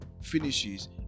finishes